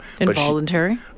Involuntary